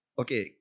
okay